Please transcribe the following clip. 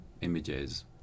images